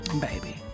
Baby